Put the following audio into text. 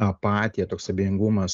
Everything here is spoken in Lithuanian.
apatija toks abejingumas